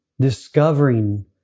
discovering